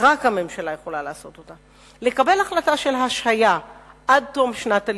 רק הממשלה יכולה לעשות זאת: לקבל החלטה של השהיה עד תום שנת הלימודים,